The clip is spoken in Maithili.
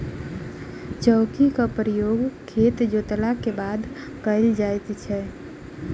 चौकीक प्रयोग खेत जोतलाक बाद कयल जाइत छै